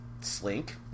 Slink